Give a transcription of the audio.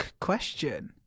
Question